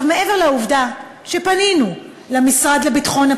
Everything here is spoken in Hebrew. מעבר לעובדה שפנינו למשרד לביטחון הפנים,